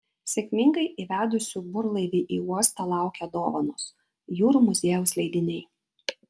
sėkmingai įvedusių burlaivį į uostą laukia dovanos jūrų muziejaus leidiniai